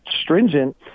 stringent